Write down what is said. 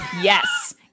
yes